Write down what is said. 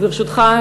וברשותך,